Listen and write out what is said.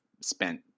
spent